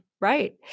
Right